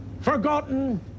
Forgotten